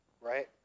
right